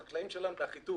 החקלאים שלנו באחיטוב